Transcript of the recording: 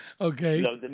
Okay